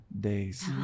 days